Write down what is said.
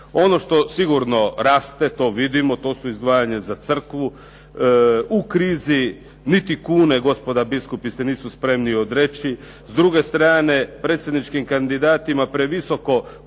Ono što sigurno raste to vidimo, to su izdvajanja za crkvu. U krizi niti kune gospoda biskupi se nisu spremni odreći. S druge strane predsjedničkim kandidatima previsoko podižu